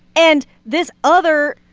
and this other,